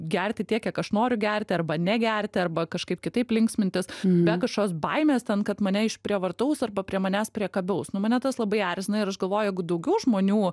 gerti tiek kiek aš noriu gerti arba negerti arba kažkaip kitaip linksmintis be kažkokios baimės ten kad mane išprievartaus arba prie manęs priekabiaus nu mane tas labai erzina ir aš galvoju jog daugiau žmonių